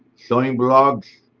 sewing blogs,